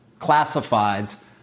classifieds